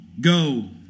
Go